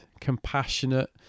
compassionate